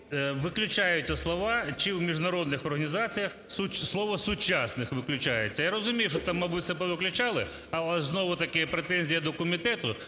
виключаються слова "чи в міжнародних організаціях", слово "сучасних" виключається. Я розумію, що там, мабуть, все по виключали. Але ж знову таки претензія до комітету.